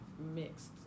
mixed